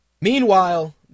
Meanwhile